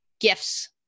gifts